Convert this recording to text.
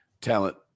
talent